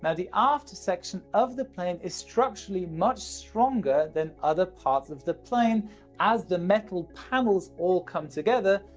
um the aft section of the plane is structurally much stronger than other parts of the plane as the metal panels all come together,